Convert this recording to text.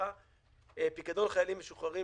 פיקדון חיילים משוחררים,